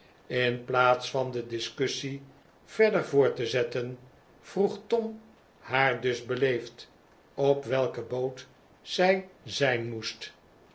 in plaats van de discussie verder voort te zetten vroeg tom haar dus beleefd op welke boot zij zijn moest